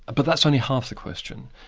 ah but that's only half the question,